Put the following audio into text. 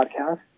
podcast